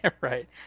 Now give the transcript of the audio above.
Right